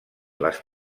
les